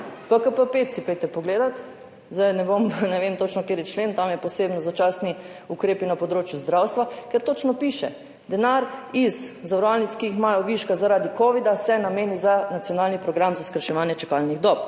PKP5 si pojdite pogledat. Zdaj ne vem točno, kateri člen, tam so posebej začasni ukrepi na področju zdravstva, kjer točno piše, denar iz zavarovalnic, ki ga imajo viška zaradi covida, se nameni za nacionalni program za skrajševanje čakalnih dob.